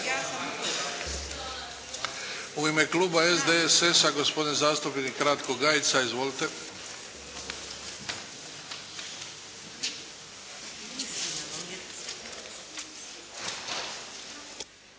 U ime Kluba SDSS-a gospodin zastupnik Ratko Gajica. Izvolite.